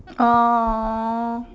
!aww!